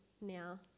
now